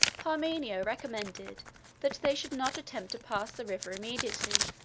parmenio recommended that they should not attempt to pass the river immediately.